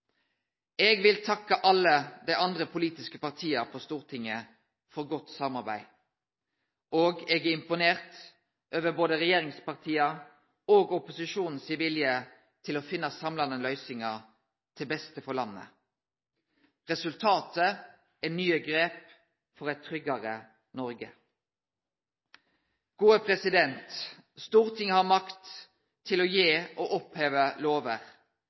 Eg vil takke alle dei andre politiske partia på Stortinget for godt samarbeid, og eg er imponert over både regjeringspartia og opposisjonen sin vilje til å finne samlande løysingar til beste for landet. Resultatet er nye grep for eit tryggare Noreg. Stortinget har makt til å gi og oppheve lover,